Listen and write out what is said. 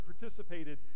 participated